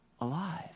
alive